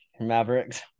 Mavericks